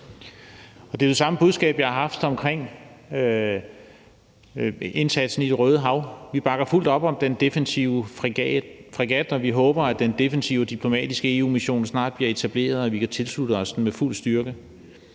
Det er jo det samme budskab, vi har haft omkring indsatsen i Det Røde Hav. Vi bakker fuldt op om den defensive fregat, og vi håber, at den defensive og diplomatiske EU-mission snart bliver etableret, og at vi kan tilslutte os den med fuld styrke.